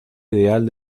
ideal